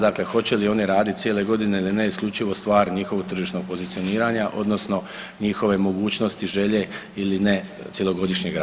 Dakle, hoće li oni raditi cijele godine ili ne isključivo je stvar njihovog tržišnog pozicioniranja odnosno njihove mogućnosti, želje ili ne cjelogodišnjeg rada.